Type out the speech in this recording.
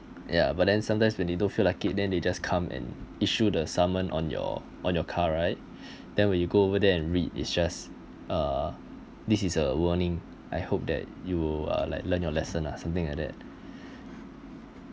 ya but then sometimes when you don't feel like it then they just come and issued the saman on your on your car right then when you go over there and read it's just uh this is a warning I hope that you are like learn your lesson ah something like that